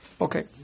Okay